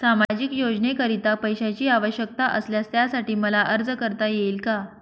सामाजिक योजनेकरीता पैशांची आवश्यकता असल्यास त्यासाठी मला अर्ज करता येईल का?